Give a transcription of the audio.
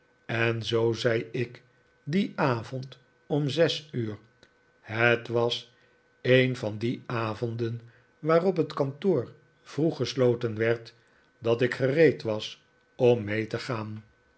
en zoo zei ik dien avond om zes uur het was een van die avonden waarop het kantoor vroeg gesloten werd dat ik gereed was om mee te gaan